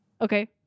Okay